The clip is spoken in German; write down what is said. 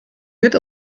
mit